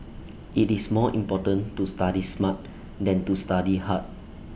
IT is more important to study smart than to study hard